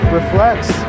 reflects